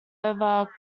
over